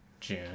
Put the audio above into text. June